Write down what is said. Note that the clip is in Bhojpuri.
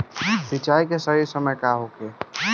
सिंचाई के सही समय का होखे?